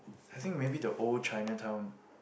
I think maybe the old Chinatown